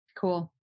cool